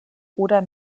oder